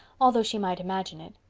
although she might imagine it.